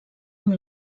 amb